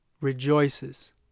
rejoices